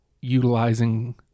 utilizing